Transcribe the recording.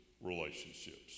relationships